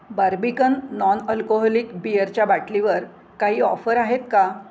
barbican non alcoholic बिअरच्या बाटलीवर काही ऑफर आहेत का